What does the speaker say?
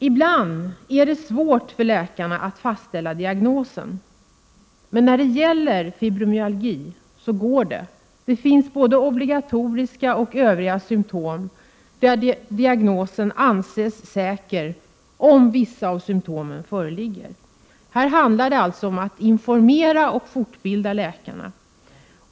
Ibland är det svårt för läkarna att fastställa diagnosen. Men när det gäller fibromyalgi går det. Det finns både obligatoriska och övriga symptom, och diagnosen anses säker om vissa av symptomen föreligger. Här handlar det alltså om att informera och fortbilda läkarna.